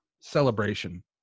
celebration